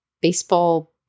baseball